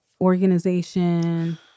organization